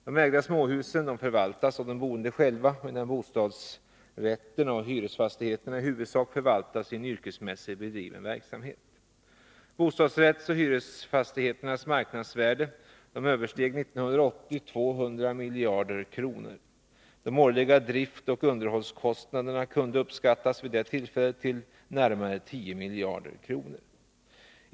De ägda småhusen förvaltas av de boende själva, medan bostadsrätterna och hyresfastigheterna i huvudsak förvaltas i en yrkesmässigt bedriven verksamhet. Bostadsrätternas och hyresfastigheternas marknadsvärde 1980 översteg 200 miljarder kronor. De årliga driftoch underhållskostnaderna kunde vid det tillfället uppskattas till närmare 10 miljarder kronor.